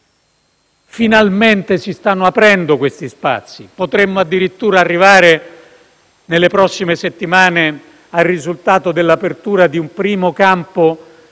Finalmente si stanno aprendo questi spazi. Potremmo addirittura arrivare, nelle prossime settimane, al risultato dell'apertura di un primo campo